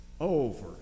Over